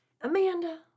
Amanda